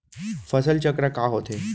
फसल चक्र का होथे?